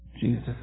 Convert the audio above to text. Jesus